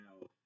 now